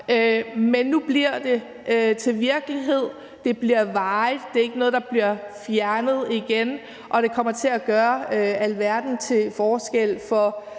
Men nu bliver det til virkelighed; det bliver varigt; det er ikke noget, der bliver fjernet igen; og det kommer til at gøre alverden til forskel for